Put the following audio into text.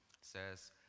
says